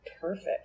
Perfect